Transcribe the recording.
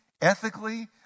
ethically